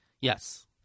Yes